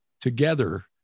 together